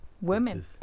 Women